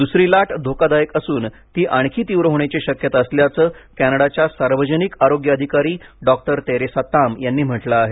दुसरी लाट धोकादायक असून ती आणखी तीव्र होण्याची शक्यता असल्याचं कॅनडाच्या सार्वजनिक आरोग्य अधिकारी डॉक्टर तेरेसा ताम यांनी म्हटलं आहे